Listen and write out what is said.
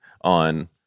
on